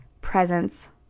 presence